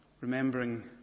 remembering